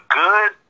good